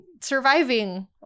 Surviving